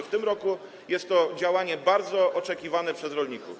W tym roku jest to działanie bardzo oczekiwane przez rolników.